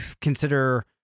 consider